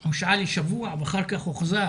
הוא הושעה לשבוע ואחר כך הוחזר